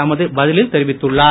தமது பதிலில் தெரிவித்துள்ளார்